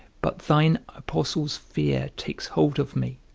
but thine apostle's fear takes hold of me,